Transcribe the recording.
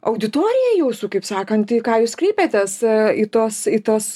auditoriją jūsų kaip sakant į ką jūs kreipiatės į tuos į tuos